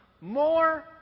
more